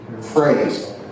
phrase